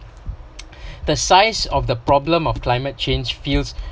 the size of the problem of climate change feels